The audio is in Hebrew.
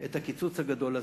את הקיצוץ הגדול הזה.